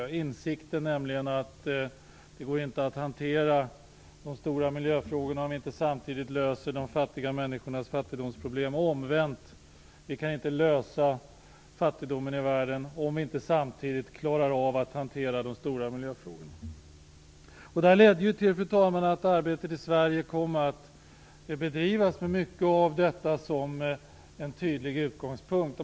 Det gällde insikten om att det inte går att hantera de stora miljöfrågorna om vi inte samtidigt löser de fattiga människornas fattigdomsproblem samt, omvänt, om att vi inte kan lösa fattigdomen i världen om vi inte samtidigt klarar av att hantera de stora miljöfrågorna. Fru talman! Detta ledde till att arbetet i Sverige kom att bedrivas med mycket av detta som en tydlig utgångspunkt.